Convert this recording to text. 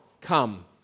come